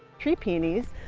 two peonies.